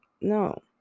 no